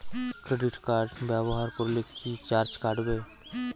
Credit card ব্যাবহার করলে কি চার্জ কাটবে?